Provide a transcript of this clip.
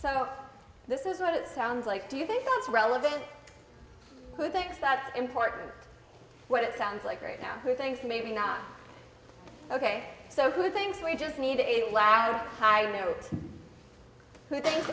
so this is what it sounds like do you think that's relevant who thinks that important what it sounds like right now who thinks maybe not ok so who thinks we just need a loud pirate who think